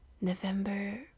November